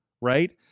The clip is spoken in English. right